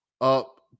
up